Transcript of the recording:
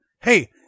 Hey